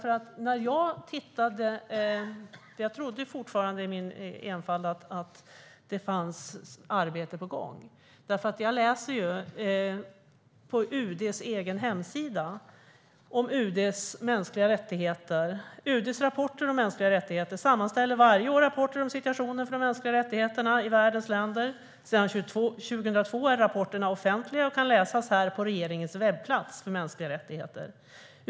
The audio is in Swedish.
I min enfald trodde jag att det fortfarande var arbete på gång. På UD:s egen hemsida kan man läsa om UD:s rapporter om mänskliga rättigheter. Där står följande: "Utrikesdepartementet sammanställer varje år rapporter om situationen för de mänskliga rättigheterna i världens länder. Sedan 2002 är rapporterna offentliga och kan läsas här på regeringens webbplats för mänskliga rättigheter.